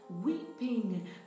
weeping